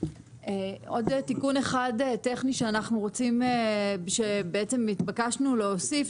עוד תיקון אחד טכני שהתבקשנו להוסיף,